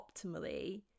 optimally